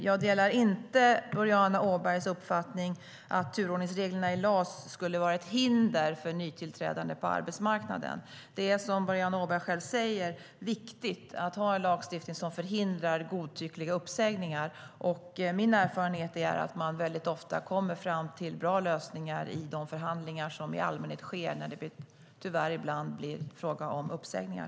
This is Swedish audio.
Jag delar inte Boriana Åbergs uppfattning att turordningsreglerna i LAS skulle vara ett hinder för nytillträdande på arbetsmarknaden. Det är, som Boriana Åberg själv säger, viktigt att ha en lagstiftning som förhindrar godtyckliga uppsägningar. Min erfarenhet är att man ofta kommer fram till bra lösningar i de förhandlingar som i allmänhet sker när det ibland, tyvärr, blir fråga om uppsägningar.